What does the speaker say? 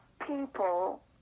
People